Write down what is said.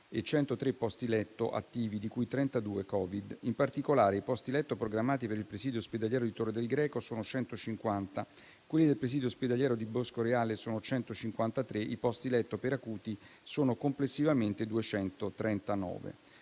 e 103 posti letto attivi, di cui 32 Covid. In particolare, i posti letto programmati per il presidio ospedaliero di Torre del Greco sono 150, quelli del presidio ospedaliero di Boscoreale sono 153, i posti letto per acuti sono complessivamente 239.